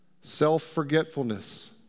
Self-forgetfulness